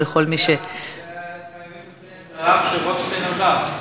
צריך לציין שזה על אף שרוטשטיין עזב.